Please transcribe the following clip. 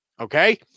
Okay